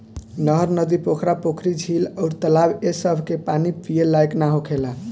नहर, नदी, पोखरा, पोखरी, झील अउर तालाब ए सभ के पानी पिए लायक ना होखेला